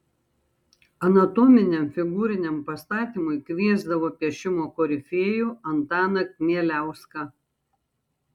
anatominiam figūriniam pastatymui kviesdavo piešimo korifėjų antaną kmieliauską